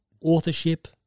authorship